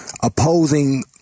opposing